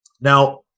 Now